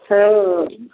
ओ